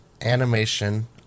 animation